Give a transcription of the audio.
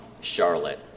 Charlotte